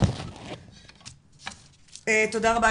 תודה רבה,